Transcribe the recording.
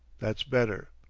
that's better,